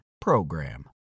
PROGRAM